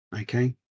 Okay